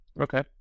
Okay